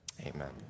Amen